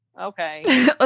Okay